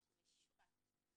משפט.